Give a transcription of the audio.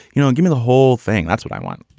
you know, give me the whole thing. that's what i want.